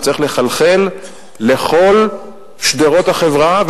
זה צריך לחלחל לכל שדרות החברה,